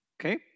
Okay